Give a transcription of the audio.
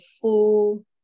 full